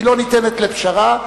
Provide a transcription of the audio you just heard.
היא לא ניתנת לפשרה,